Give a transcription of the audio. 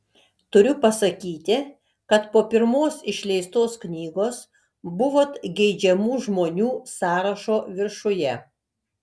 turiu pasakyti kad po pirmos išleistos knygos buvot geidžiamų žmonių sąrašo viršuje